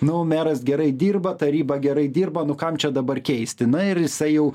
nu o meras gerai dirba taryba gerai dirba nu kam čia dabar keisti na ir jisai jau